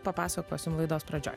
papasakosim laidos pradžioj